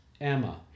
Emma